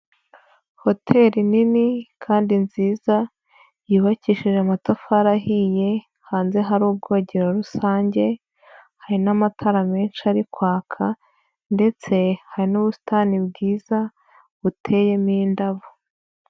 Hoteli nini kandi nziza yubakishije amatafari ahiye, hanze hari ubwogero rusange hari n'amatara menshi ari kwaka ndetse hari n'ubusitani bwiza buteyemo indabo.